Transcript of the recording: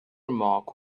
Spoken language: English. remark